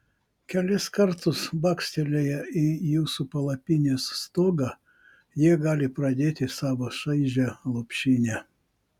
kelis kartus bakstelėję į jūsų palapinės stogą jie gali pradėti savo šaižią lopšinę